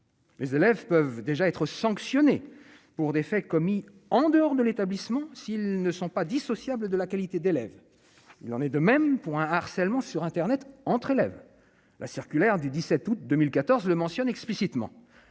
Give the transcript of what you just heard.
Les élèves peuvent déjà être sanctionné pour des faits commis en dehors de l'établissement s'ils ne sont pas dissociable de la qualité d'élèves, il en est de même pour un harcèlement sur internet entre élèves, la circulaire du 17 août 2014 le mentionne explicitement